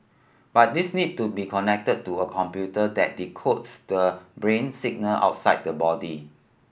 but these need to be connected to a computer that decodes the brain signal outside the body